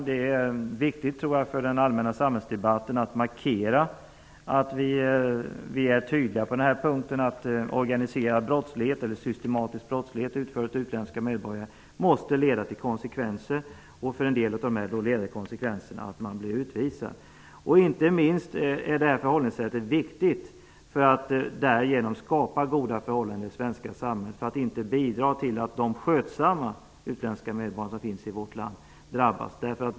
Det är viktigt för den allmänna samhällsdebatten att markera att vi är tydliga på den här punkten, att organiserad brottslighet eller systematisk brottslighet utförd av utländska medborgare måste leda till konsekvenser, i en del fall till utvisning. Detta förhållningssätt är inte minst viktigt när det gäller att skapa goda förhållanden i det svenska samhället och när det gäller att inte bidra till att de skötsamma utländska medborgarna i vårt land drabbas.